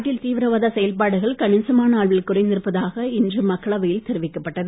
நாட்டில் தீவிரவாதச் செயல்பாடுகள் கணிசமான அளவில் குறைந்திருப்பதாக இன்று மக்களவையில் தெரிவிக்கப்பட்டது